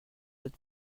êtes